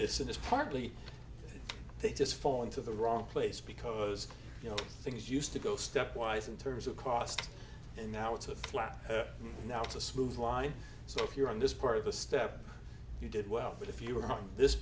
this and it's partly they just fall into the wrong place because you know things used to go stepwise in terms of cost and now it's a flat now it's a smooth line so if you're on this part of a step you did well but if you were on this